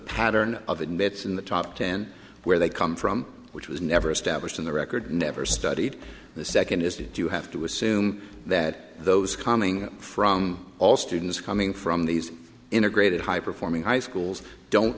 pattern of inmates in the top ten where they come from which was never established in the record never studied the second is that you have to assume that those coming from all students coming from these integrated high performing high schools don't